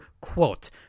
quote